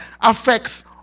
affects